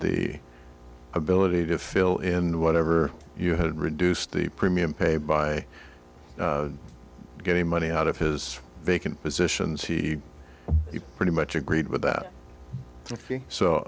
the ability to fill in whatever you had reduced the premium paid by getting money out of his vacant positions he pretty much agreed with that so